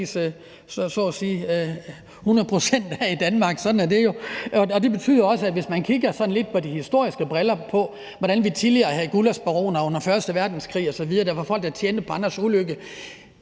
så at sige 100 pct. af i Danmark – sådan er det jo – og det betyder også, at hvis man kigger sådan lidt med de historiske briller på, hvordan vi tidligere havde gullaschbaroner under første verdenskrig osv., hvor der var folk, der tjente på andres ulykke,